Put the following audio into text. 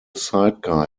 sidecar